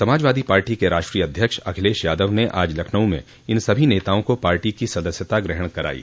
Samajwadi Party के राष्ट्रीय अध्यक्ष अखिलेश यादव ने आज लखनऊ में इन सभी नेताओं को पार्टी की सदस्यता ग्रहण करायी